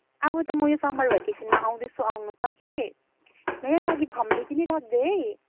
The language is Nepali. अब त म यो समर भ्याकेसनमा आउँदैछु आउन त कि मेरो लागि फम्बी किनीराख्दे है